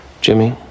jimmy